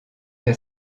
qu’à